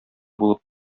булып